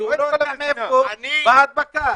כי הוא לא יודע מאיפה באה ההדבקה,